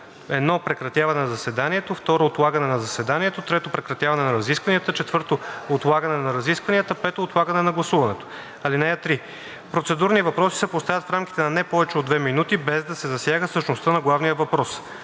1. прекратяване на заседанието; 2. отлагане на заседанието; 3. прекратяване на разискванията; 4. отлагане на разискванията; 5. отлагане на гласуването. (3) Процедурните въпроси се поставят в рамките на не повече от 2 минути, без да се засяга същността на главния въпрос.